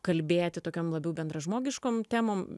kalbėti tokiam labiau bendražmogiškom temom